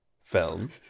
film